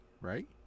right